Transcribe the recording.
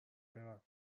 برم